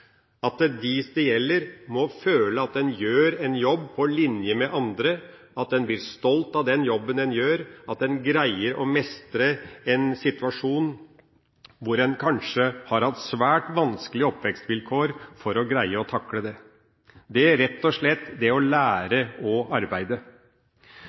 at de det gjelder, må føle at de gjør en jobb på linje med andre, at en blir stolt av den jobben en gjør, at en greier å mestre en situasjon sjøl om en kanskje har hatt svært vanskelige oppvekstvilkår, og greier å takle det – rett og slett det å